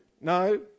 no